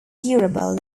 durable